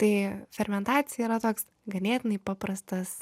tai fermentacija yra toks ganėtinai paprastas